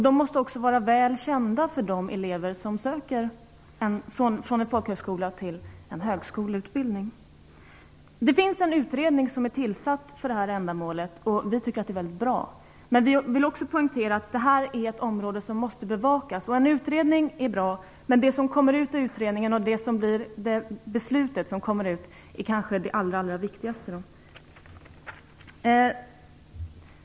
De måste också vara kända för dem som söker från en folkhögskola till en högskoleutbildning. Det finns en utredning som är tillsatt för det ändamålet, och det är väldigt bra. Men vi vill poängtera att det är ett område som måste bevakas. En utredning är bra, men det beslut som utredningen resulterar i är kanske det allra viktigaste.